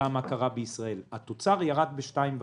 על מה שקרה בישראל התוצר ירד ב-2.5%,